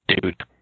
Dude